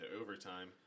overtime